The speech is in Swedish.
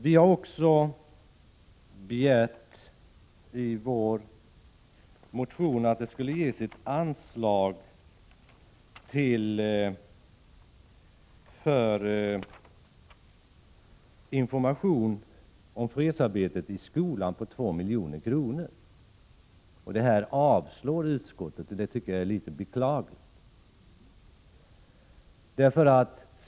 Vi hari vår motion också begärt att det skulle ges ett anslag för information om fredsarbetet i skolan på 2 milj.kr. Detta förslag avstyrker utskottet, och det tycker jag är beklagligt.